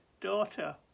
daughter